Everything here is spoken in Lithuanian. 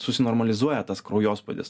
susinormalizuoja tas kraujospūdis